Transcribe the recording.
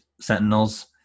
Sentinels